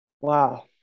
Wow